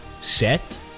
set